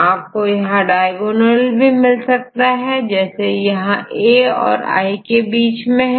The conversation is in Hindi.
आपको यहां डायगोनल भी मिल सकता है जैसे यहां ए आई के के बीच में है